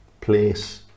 place